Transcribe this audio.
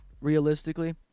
realistically